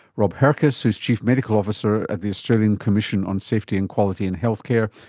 rob herkes who is chief medical officer at the australian commission on safety and quality in health care,